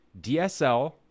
DSL